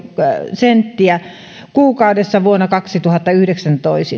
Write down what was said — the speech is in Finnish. euroa kuukaudessa vuonna kaksituhattayhdeksäntoista